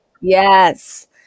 yes